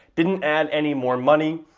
didn't add any more money.